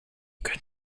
could